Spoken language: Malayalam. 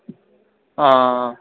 ആ